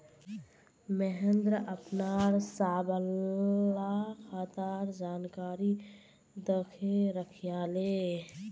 महेंद्र अपनार सबला खातार जानकारी दखे रखयाले